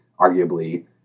arguably